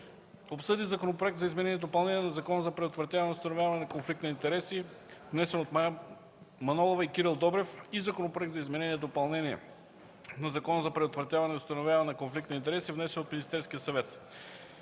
Законопроекта за изменение и допълнение на Закона за предотвратяване и установяване на конфликт на интереси, внесен от Мая Манолова и Кирил Добрев.” „СТАНОВИЩЕ относно Законопроекта за изменение и допълнение на Закона за предотвратяване и установяване на конфликт на интереси, внесен от Министерския съвет